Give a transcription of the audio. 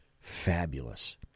fabulous